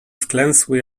wklęsły